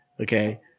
Okay